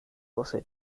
also